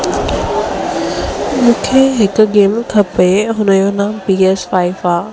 मूंखे हिकु गेम खपे हुन जो नालो पी एस फाइफ आहे